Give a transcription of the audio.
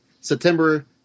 September